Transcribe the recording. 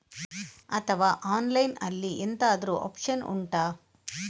ಅಥವಾ ಆನ್ಲೈನ್ ಅಲ್ಲಿ ಎಂತಾದ್ರೂ ಒಪ್ಶನ್ ಉಂಟಾ